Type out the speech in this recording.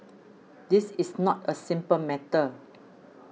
this is not a simple matter